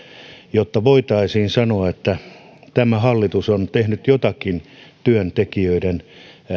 jotta voitaisiin sanoa että tämä hallitus on tehnyt jotakin työntekijöiden